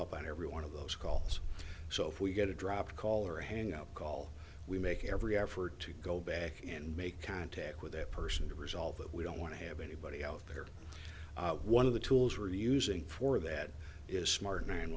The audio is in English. up on every one of those calls so if we get a drop call or a hang up call we make every effort to go back and make contact with that person to resolve that we don't want to have anybody out there one of the tools are using for that is smart nine